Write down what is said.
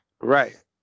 Right